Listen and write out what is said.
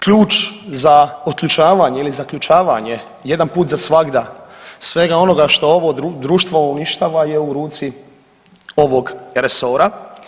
Ključ za otključavanje ili zaključavanje jedan put za svagda svega onoga što ovo društvo uništava je u ruci ovog resora.